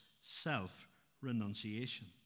self-renunciation